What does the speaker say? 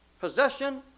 Possession